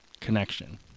connection